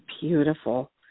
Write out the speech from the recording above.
beautiful